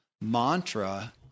mantra